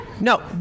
No